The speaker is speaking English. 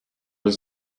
does